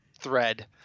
thread